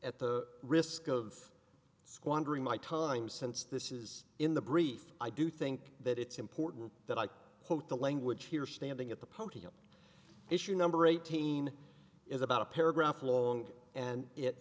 at the risk of squandering my time since this is in the brief i do think that it's important that i hope the language here standing at the podium issue number eighteen is about a paragraph long and it